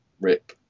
rip